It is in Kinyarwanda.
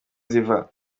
ziva